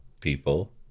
people